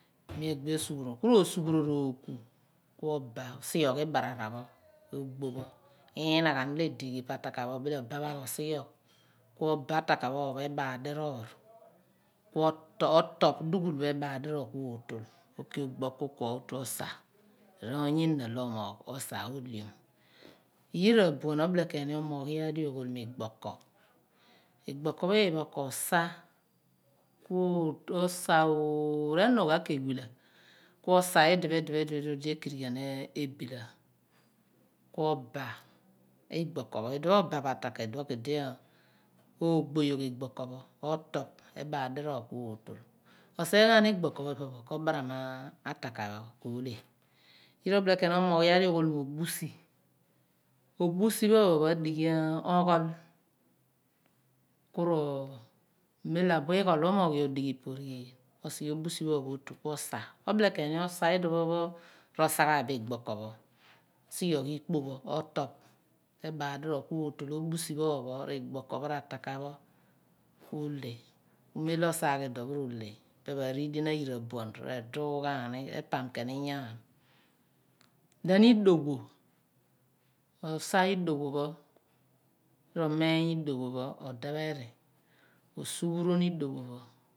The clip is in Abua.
Ku mi agbi asughuron ku ro sughunon r ooku ku obah osughiogh ibarara pho ogbo pho inagbo di edi ghi pa ataka pho obile obaph qgh osighiogh ku obah ataka pho opho pho ku ebaal diroor ku otoph dughul pho ebaal diroor ku ootol ku oki ogbo okukwor otu osa r' oony enha lo omoogh ku osa oleom yira abuan obile ken ni omoogh iyaar di oghol mo igbokor igbokor pho iphen pho ko osa ku osa oooh re/nuun ghan ke wila ku osah ididi phidiopho odi akirighian awila ku oban igbokor pho idipho obah bo ataka evion ku edi ko rgbe yogh igbokor pho otoph ebaal diroor ku ootol roor ghe ghan igbokoor pho ipe pho ku obaram ataka bu ko ohle yira obile ken omoogh oyaar di oghol uduon mo obusi ubusi pho ophon adighi oghol ku mem di abu ighol pho mo oghi odighi pa orighell osighe obusi pho ophon pho otu ku osa obile ken ni osa iduon pho ro sa ghan bo igbikor pho osighiogh ikpo pho ku otoph ebaal diroor kei ootol obusii pho opopho r ataka pho ohle mem di osaghi iduon phe ohle ipe pho ariuluen ayira abuan ku reedughani ku repam ghan ken inyaam then idowo ro sa idowo pho ro meeny idowo pho odephen osughrioin idowo pho.